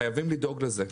חייבים לדאוג לזה.